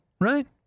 right